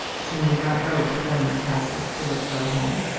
she need not go to aylmer castle to look for a home.